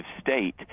state